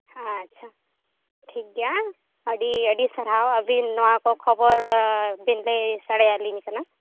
ᱟᱪᱪᱷᱟ ᱴᱷᱤᱠᱜᱮᱭᱟ ᱟᱹᱰᱤ ᱟᱹᱰᱤ ᱥᱟᱨᱦᱟᱣ ᱟᱹᱵᱤᱱ ᱱᱚᱣᱟ ᱠᱚ ᱠᱷᱚᱵᱚᱨ ᱵᱤᱱ ᱞᱟᱹᱭ ᱥᱟᱲᱮᱭᱟᱞᱤᱧ ᱠᱟᱱᱟ